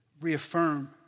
reaffirm